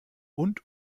und